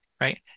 right